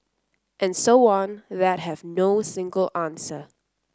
and so on that have no single answer